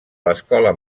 l’escola